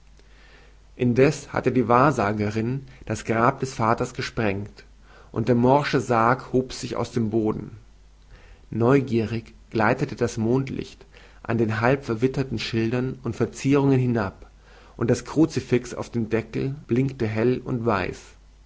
indeß hatte die wahrsagerin das grab des vaters gesprengt und der morsche sarg hob sich aus dem boden neugierig gleitete das mondlicht an den halb verwitterten schildern und verzierungen hinab und das kruzifix auf dem deckel blinkte hell und weiß